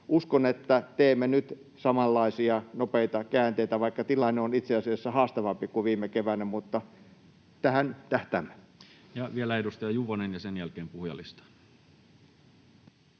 Uskon, että teemme nyt samanlaisia nopeita käänteitä — vaikka tilanne on itse asiassa haastavampi kuin viime keväänä, mutta tähän tähtäämme. [Speech 128] Speaker: Toinen varapuhemies